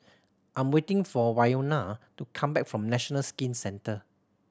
I'm waiting for Wynona to come back from National Skin Centre